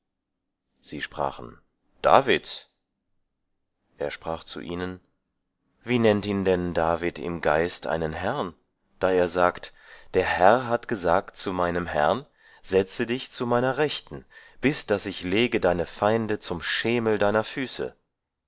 sie sprachen davids er sprach zu ihnen wie nennt ihn denn david im geist einen herrn da er sagt der herr hat gesagt zu meinem herrn setze dich zu meiner rechten bis daß ich lege deine feinde zum schemel deiner füße